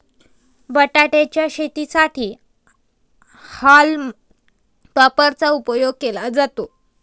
बटाटे च्या शेतीसाठी हॉल्म टॉपर चा उपयोग केला जातो